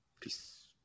Peace